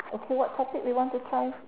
oh what topic you want to try